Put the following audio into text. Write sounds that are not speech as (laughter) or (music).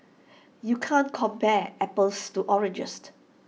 you can't compare apples to (unintelligible)